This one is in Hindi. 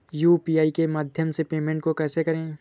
यू.पी.आई के माध्यम से पेमेंट को कैसे करें?